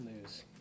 news